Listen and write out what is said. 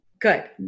Good